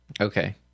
Okay